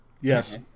Yes